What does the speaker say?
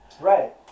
Right